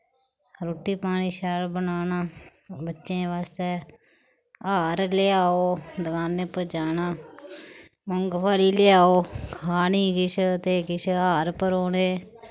रुट्टी पानी शैल बनाना बच्चें बास्तै हार लेआओ दकानै पर जाना मुंगफली लेआओ खानी किश ते किश हार परौने